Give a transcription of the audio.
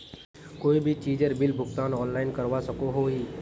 कोई भी चीजेर बिल भुगतान ऑनलाइन करवा सकोहो ही?